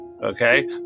Okay